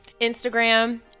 Instagram